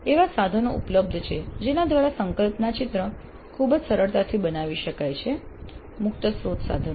એવા સાધનો ઉપલબ્ધ છે જેના દ્વારા સંકલ્પના ચિત્ર ખૂબ જ સરળતાથી બનાવી શકાય છે મુક્ત સ્ત્રોત સાધનો